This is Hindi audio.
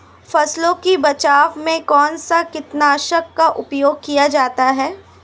फसलों के बचाव में कौनसा कीटनाशक का उपयोग किया जाता है?